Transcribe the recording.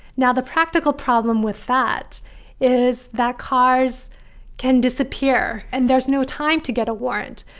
now, the practical problem with that is that cars can disappear and there's no time to get a warrant.